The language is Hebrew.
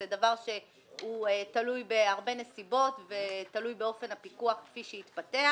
זה דבר שתלוי בהרבה נסיבות ותלוי באופן הפיקוח כפי שיתפתח.